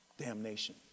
damnation